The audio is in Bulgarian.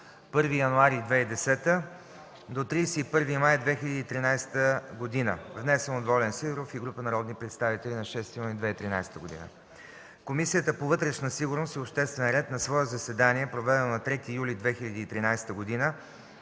1 януари 2010 г. до 31 май 2013 г., внесен от Волен Сидеров и група народни представители на 6 юни 2013 г. Комисията по вътрешна сигурност и обществен ред на свое редовно заседание, проведено на 3 юли 2013 г.,